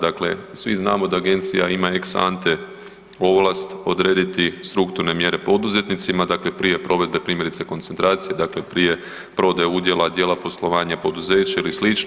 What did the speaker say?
Dakle, svi znamo da agencija ima ex-ante ovlast odrediti strukturne mjere poduzetnicima, dakle prije provedbe primjerice koncentracije, dakle prije prodaje udjela, dijela poslovanja poduzeća ili slično.